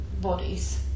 bodies